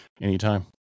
Anytime